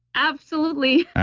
absolutely.